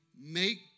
make